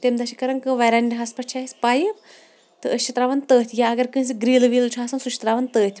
تمہِ دۄہ چھِ کَران کٲم وٮ۪رَنڈَہَس پیٚٹھ چھِ اَسہِ پایِپ تہٕ أسۍ چھِ تراوان تٔتھۍ یا اَگَر کٲنٛسہِ گِرِل وِل چھُ آسان سُہ چھُ تراوان تٔتھۍ